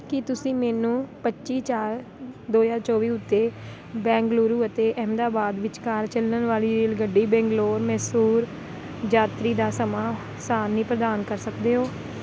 ਕੀ ਤੁਸੀਂ ਮੈਨੂੰ ਪੱਚੀ ਚਾਰ ਦੋ ਹਜਾਰ ਚੌਵੀ ਉੱਤੇ ਬੈਂਗਲੁਰੂ ਅਤੇ ਅਹਿਮਦਾਬਾਦ ਵਿਚਕਾਰ ਚੱਲਣ ਵਾਲੀ ਰੇਲਗੱਡੀ ਬੰਗਲੌਰ ਮੈਸੂਰ ਯਾਤਰੀ ਦਾ ਸਮਾਂ ਸਾਰਣੀ ਪ੍ਰਦਾਨ ਕਰ ਸਕਦੇ ਓ